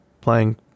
playing